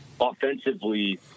offensively